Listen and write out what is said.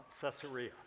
Caesarea